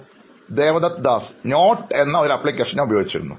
അഭിമുഖം സ്വീകരിക്കുന്നയാൾ നോട്ട് എന്ന ഒരു അപ്ലിക്കേഷൻ ഞാൻ ഉപയോഗിച്ചിരുന്നു